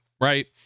Right